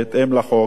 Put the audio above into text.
בהתאם לחוק.